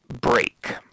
break